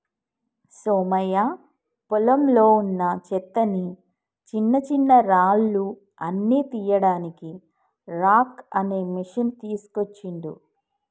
సోమయ్య పొలంలో వున్నా చెత్తని చిన్నచిన్నరాళ్లు అన్ని తీయడానికి రాక్ అనే మెషిన్ తీస్కోచిండు